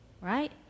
right